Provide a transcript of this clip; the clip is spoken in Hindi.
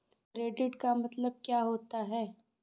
क्रेडिट का मतलब क्या होता है?